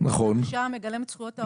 ערך שעה מגלם את זכויות העובדים.